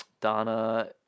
Donna